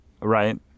right